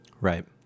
right